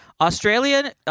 Australia